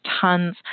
tons